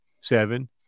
seven